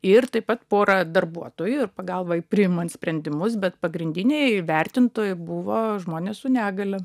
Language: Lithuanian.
ir taip pat pora darbuotojų ir pagalbai priimant sprendimus bet pagrindiniai vertintojai buvo žmonės su negalia